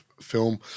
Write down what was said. film